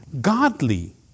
Godly